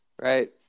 right